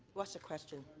what's the question?